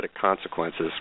consequences